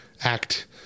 Act